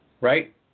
right